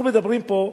אנחנו מדברים פה,